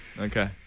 Okay